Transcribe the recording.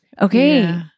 okay